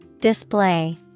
Display